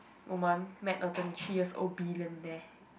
woman met a twenty three years old billionaire